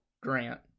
Grant